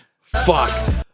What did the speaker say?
fuck